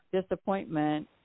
disappointment